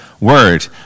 word